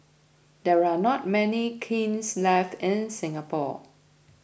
there are not many kilns left in Singapore